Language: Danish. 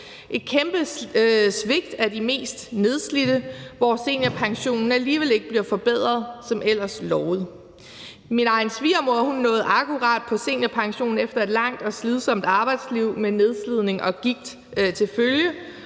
et kæmpe svigt af de mest nedslidte, hvor seniorpensionen alligevel ikke bliver forbedret som ellers lovet. Min egen svigermor nåede akkurat på seniorpension efter et langt og slidsomt arbejdsliv med nedslidning og gigt til følge.